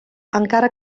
encara